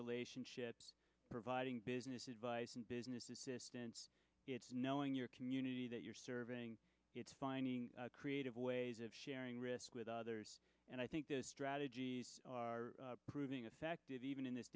relationships providing business advice and business assistance it's knowing your community that you're serving it's finding creative ways of sharing risk with others and i think the strategies are proving effective even in this